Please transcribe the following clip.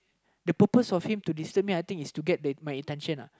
the purpose of him to disturb me I think is to get the my attention uh